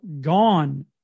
gone